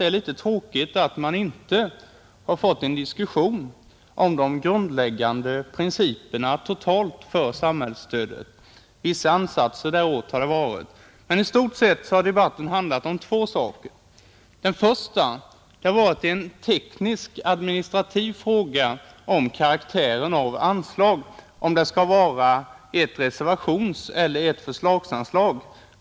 Det är litet tråkigt att tvingas konstatera att vi inte har fått någon diskussion om de grundläggande principerna totalt för samhällsstödet. Vissa ansatser åt det hållet har gjorts, men i stort sett har debatten handlat om två saker. Den första har varit en teknisk-administrativ fråga om anslagets karaktär, om det skall vara ett reservationseller ett förslagsanslag.